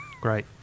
Great